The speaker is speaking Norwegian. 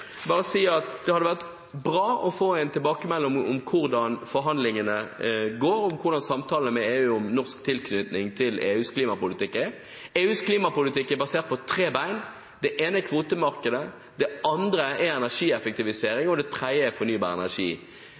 Det hadde vært bra å få en tilbakemelding om hvordan forhandlingene går, og hvordan samtalene med EU om norsk tilknytning til EUs klimapolitikk er. EUs klimapolitikk er basert på tre bein. Det ene er kvotemarkedet, det andre er energieffektivisering, og det tredje er fornybar energi.